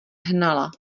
hnala